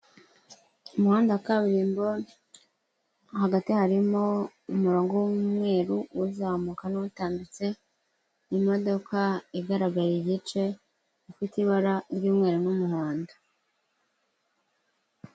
Umuhanda wa kaburimbo hagati harimo umurongo w'umweru uzamuka n'utambitse, imodoka igaragara igice, ifite ibara ry'umweru n'umuhondo.